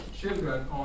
children